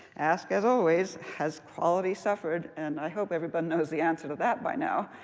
ask, as always, has quality suffered? and i hope everybody knows the answer to that by now.